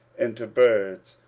and to birds,